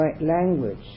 language